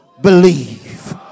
believe